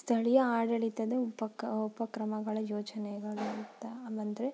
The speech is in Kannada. ಸ್ಥಳೀಯ ಆಡಳಿತದ ಉಪ ಕ ಉಪಕ್ರಮಗಳ ಯೋಜನೆಗಳು ಅಂತ ಬಂದರೆ